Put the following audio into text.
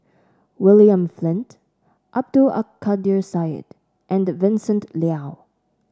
William Flint Abdul Kadir Syed and Vincent Leow